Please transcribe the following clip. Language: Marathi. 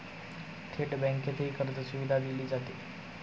थेट बँकेतही कर्जसुविधा दिली जाते